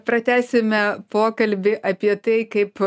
pratęsime pokalbį apie tai kaip